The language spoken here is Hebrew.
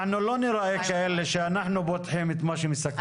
אנחנו לא ניראה כאלה שאנחנו פותחים את מה שמסכמים.